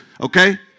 Okay